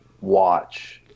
watch